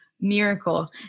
miracle